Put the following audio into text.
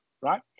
right